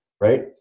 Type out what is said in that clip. right